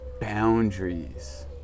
boundaries